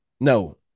No